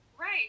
Right